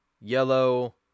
Yellow